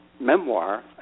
memoir